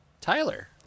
Tyler